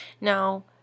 Now